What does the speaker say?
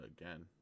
again